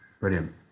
Brilliant